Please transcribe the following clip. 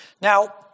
Now